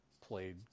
played